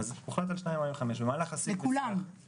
הוחלט על 2.45%. לכולם?